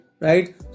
right